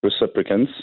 reciprocants